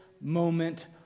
moment